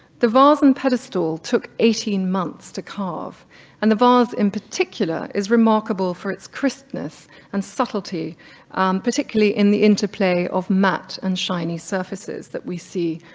the vase and pedestal took eighteen months to carve and the vase in particular is remarkable for its crispness and subtly, particularly in the interplay of matte and shiny surfaces that we see